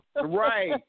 Right